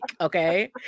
okay